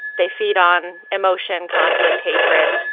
they feed on emotion, conflict, hatred.